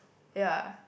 ya